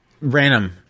random